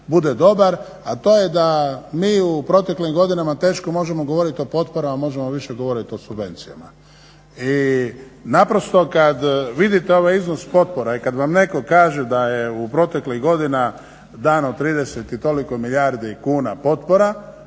bude dobar, a to je da mi u proteklim godinama teško možemo govoriti o potporama, možemo više govorit o subvencijama. I naprosto kad vidite ovaj iznos potpora i kad vam netko kaže da je u proteklih godina dana od 30 i toliko milijardi kuna potpora,